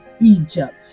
Egypt